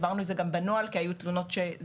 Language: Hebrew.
העברנו את זה גם בנוהל כי היו תלונות שגם